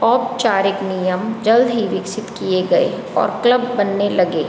औपचारिक नियम जल्द ही विकसित किए गए और क्लब बनने लगे